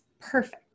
perfect